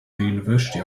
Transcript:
university